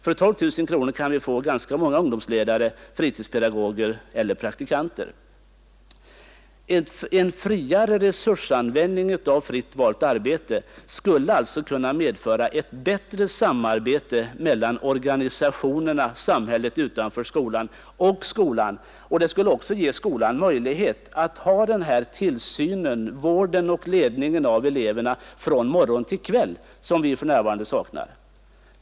För 12 000 kronor kan vi få ganska många ungdomsledare, fritidspedagoger eller praktikanter. En friare resursanvändning av medlen för fritt valt arbete skulle alltså kunna medföra ett bättre samarbete mellan organisationerna, sam hället utanför skolan och skolan. Det skulle också ge skolan möjlighet till den här tillsynen, vården och ledningen av eleverna från morgon till kväll som vi för närvarande saknar.